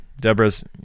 Deborah's